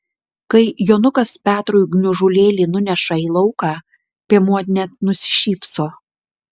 kai jonukas petrui gniužulėlį nuneša į lauką piemuo net nusišypso